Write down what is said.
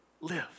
live